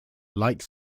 like